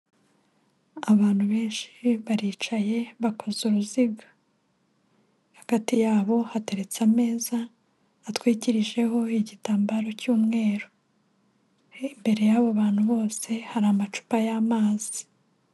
Abantu benshi baricaye bakoze uruziga. Hagati yabo hateretse ameza, atwikirijeho igitambaro cy'umweru. Imbere y'abo bantu bose, hari amacupa y'amazi.